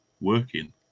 working